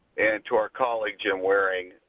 and to our colleague, jim waring,